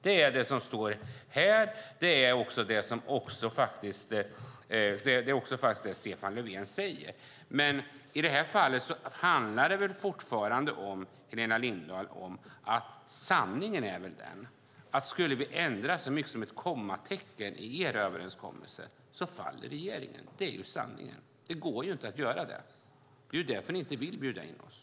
Det är det som står här och det som Stefan Löfven säger. Sanningen är den, Helena Lindahl, att skulle vi ändra så mycket som ett kommatecken i er överenskommelse faller regeringen. Det går inte att göra det, och det är därför ni inte vill bjuda in oss.